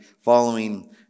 following